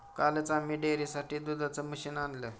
कालच आम्ही डेअरीसाठी दुधाचं मशीन आणलं